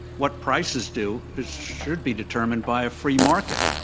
what prices do is, should be determined by a free market.